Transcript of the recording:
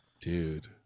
Dude